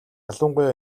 ялангуяа